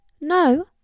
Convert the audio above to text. no